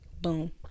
Boom